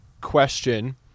question